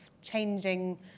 Changing